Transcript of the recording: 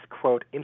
quote